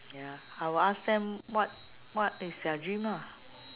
ya I will ask them what what is their dream lah